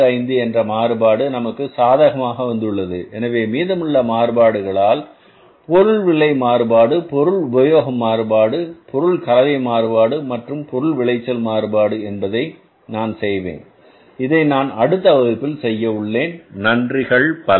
25 என்ற மாறுபாடு நமக்கு சாதகமாக வந்துள்ளது எனவே மீதமுள்ள மாறுபாடுகளால் பொருள் விலை மாறுபாடு பொருள் உபயோக மாறுபாடு பொருள் கலவை மாறுபாடு மற்றும் பொருள் விளைச்சல் மாறுபாடு என்பதை நான் செய்வேன் இதை நான் அடுத்த வகுப்பில் செய்யவுள்ளேன் நன்றிகள் பல